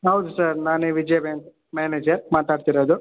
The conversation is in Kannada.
ಹೌದು ಸರ್ ನಾನೇ ವಿಜಯಾ ಬ್ಯಾಂಕ್ ಮ್ಯಾನೇಜರ್ ಮಾತಾಡ್ತಿರೋದು